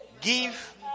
Give